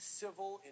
civil